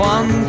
One